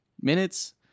minutes